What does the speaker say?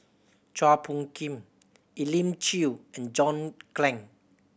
Chua Phung Kim Elim Chew and John Clang